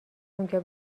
اونجا